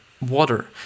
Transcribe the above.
Water